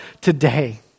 today